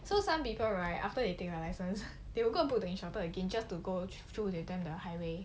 so some people right after they take the licence they will go and look for the instructor again just to go for the highway